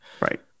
Right